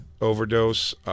overdose